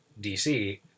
DC